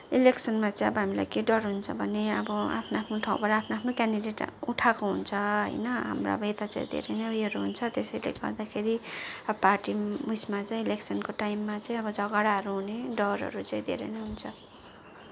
इलेक्सनमा चाहिँ अब हामीलाई के डर हुन्छ भने अब आफ्नो आफ्नो ठाउँबाट आफ्नो आफ्नो क्यान्डिडेट उठाएको हुन्छ होइन हाम्रो अब यता चाहिँ धेरै नै उयोहरू हुन्छ त्यसैले गर्दाखेरि अब पार्टी उयेसमा चाहिँ इलेक्सनको टाइममा चाहिँ अब झगडाहरू हुने डरहरू चाहिँ धेरै नै हुन्छ